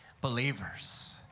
Believers